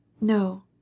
No